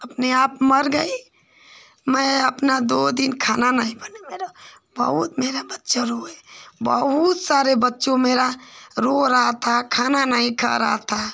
अपने आप मर गई मैं अपना दो दिन खाना नहीं बना मेरा बहुत मेरा बच्चा रोए बहुत सारा बच्चा मेरा रो रहा था खाना नहीं खा रहा था